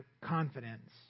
confidence